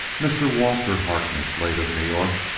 mr. walter harkness, late of new york,